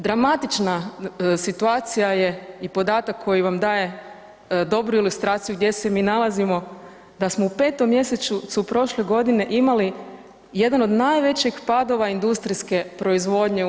Drastična situacija je i podatak koji vam daje dobru ilustraciju gdje se mi nalazimo, da smo u 5. mjesecu prošle godine imali jedan od najvećih padova industrijske proizvodnje u EU.